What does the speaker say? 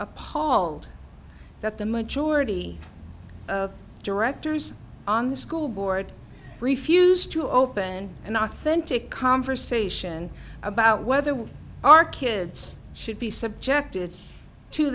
appalled that the majority of directors on the school board refused to open and i think take conversation about whether with our kids should be subjected to